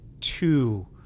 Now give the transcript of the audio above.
two